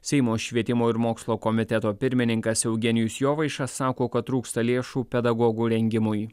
seimo švietimo ir mokslo komiteto pirmininkas eugenijus jovaiša sako kad trūksta lėšų pedagogų rengimui